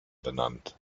benannt